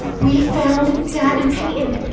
we found dad and payton.